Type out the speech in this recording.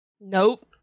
Nope